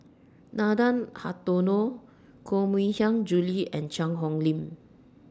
Nathan Hartono Koh Mui Hiang Julie and Cheang Hong Lim